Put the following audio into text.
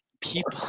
people